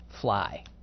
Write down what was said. fly